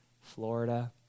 Florida